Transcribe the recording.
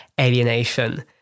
alienation